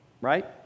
Right